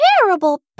terrible